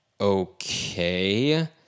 Okay